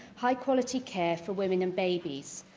high-quality care for women and babies.